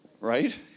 right